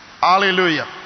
hallelujah